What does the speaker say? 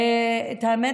את האמת,